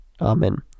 Amen